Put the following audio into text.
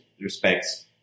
respects